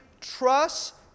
trust